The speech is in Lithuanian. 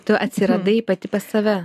tu atsiradai pati pas save